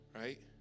right